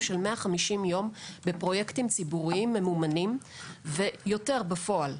של 150 יום בפרויקטים ציבוריים ממומנים ויותר בפועל.